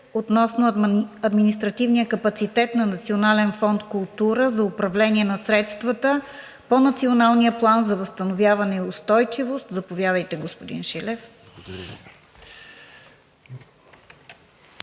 относно административния капацитет на Национален фонд „Култура“ за управление на средствата по Националния план за възстановяване и устойчивост. Заповядайте, господин Шилев.